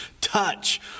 touch